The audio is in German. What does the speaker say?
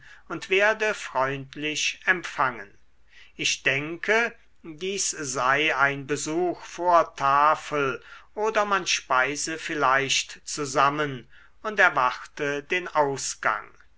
und werde freundlich empfangen ich denke dies sei ein besuch vor tafel oder man speise vielleicht zusammen und erwarte den ausgang